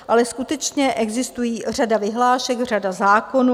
Ale skutečně existuje řada vyhlášek, řada zákonů.